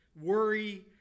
worry